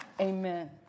Amen